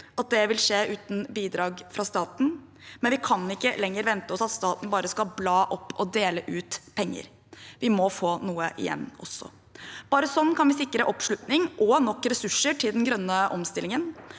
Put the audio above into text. at det vil skje uten bidrag fra staten, men vi kan ikke lenger vente oss at staten bare skal bla opp og dele ut penger. Vi må få noe igjen også. Bare sånn kan vi sikre oppslutning og nok ressurser til den grønne omstillingen.